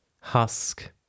husk